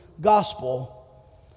gospel